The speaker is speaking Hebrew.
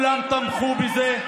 וכולם תמכו בזה.